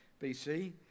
BC